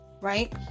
right